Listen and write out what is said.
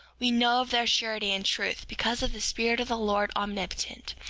we know of their surety and truth, because of the spirit of the lord omnipotent,